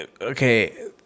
Okay